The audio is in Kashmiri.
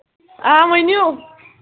آ ؤنِو